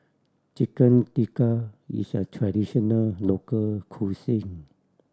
Chicken Tikka is a traditional local cuisine